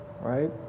right